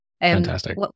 Fantastic